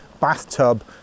bathtub